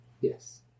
Yes